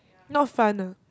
not fun ah